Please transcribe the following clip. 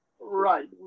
right